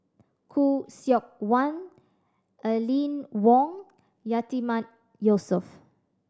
Khoo Seok Wan Aline Wong Yatiman Yusof